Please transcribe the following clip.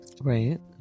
right